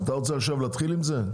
אז אתה רוצה עכשיו להתחיל עם זה?